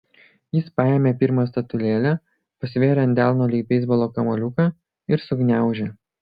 jis paėmė pirmą statulėlę pasvėrė ant delno lyg beisbolo kamuoliuką ir sugniaužė